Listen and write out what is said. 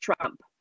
Trump